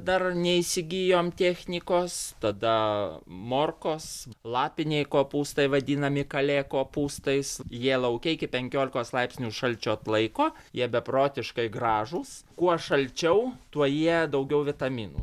dar neįsigijom technikos tada morkos lapiniai kopūstai vadinami kalė kopūstais jie lauke iki penkiolikos laipsnių šalčio atlaiko jie beprotiškai gražūs kuo šalčiau tuo jie daugiau vitaminų